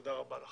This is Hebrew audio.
תודה רבה לך.